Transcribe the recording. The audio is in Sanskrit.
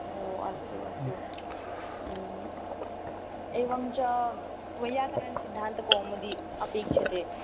ओ अस्तु अस्तु एवं च वैयाकरणसिद्धान्तकौमुदी अपेक्ष्यते